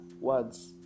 words